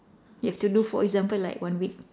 you have to do for example like one week